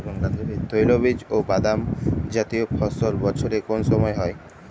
তৈলবীজ ও বাদামজাতীয় ফসল বছরের কোন সময় হয়?